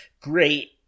great